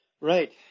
Right